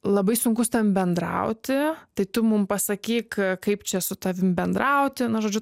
labai sunku su tavim bendrauti tai tu mum pasakyk kaip čia su tavim bendrauti na žodžiu